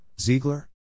Ziegler